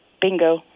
Bingo